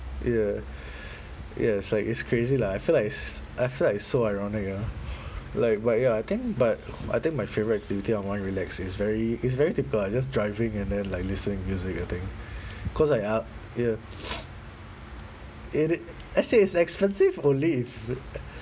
ya ya it's like it's crazy lah I feel like is I feel like it's so ironic you know like but ya I think but I think my favourite activity unwind relax is very is very typical I just driving and then like listening music I think cause I uh ya it it as in it's expensive only if